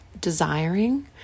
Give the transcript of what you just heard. desiring